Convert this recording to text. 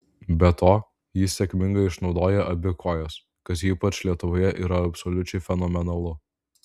be to jis sėkmingai išnaudoja abi kojas kas ypač lietuvoje yra absoliučiai fenomenalu